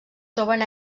troben